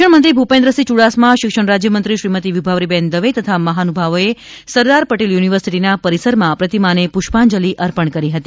શિક્ષણમંત્રી ભૂપેન્દ્રસિંહ યૂડાસમા શિક્ષણ રાજ્યમંત્રી શ્રીમતી વિભાવરીબેન દવે તથા મહાનુભાવોએ સરદાર પટેલ યુનિવર્સિટીના પરિસરમાં પ્રતિમાને પુષ્પાજંલી અર્પણ કરી હતી